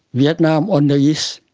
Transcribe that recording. vietnam on the east,